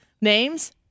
Names